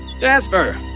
Jasper